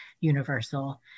universal